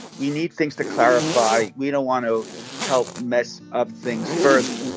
we need things to clarify. we don't want to help mess up things further